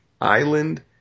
Island